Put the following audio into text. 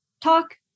talk